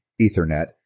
Ethernet